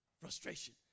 frustration